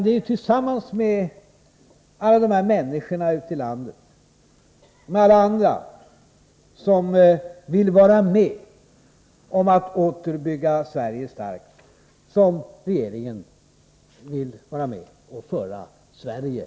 Det är tillsammans med alla de människor ute i landet som önskar vara med om att åter bygga Sverige starkt som regeringen vill föra Sverige ur krisen.